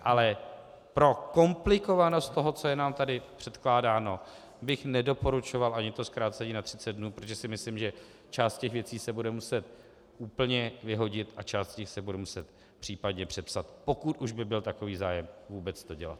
Ale pro komplikovanost toho, co je nám tady předkládáno bych nedoporučoval ani to zkrácení na 30 dnů, protože si myslím, že část věcí se bude muset úplně vyhodit a části se budou muset v případě přepsat, pokud už by byl takový zájem vůbec to dělat.